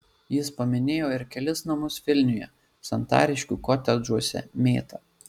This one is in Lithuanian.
jis paminėjo ir kelis namus vilniuje santariškių kotedžuose mėta